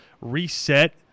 reset